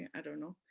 i don't know.